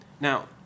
Now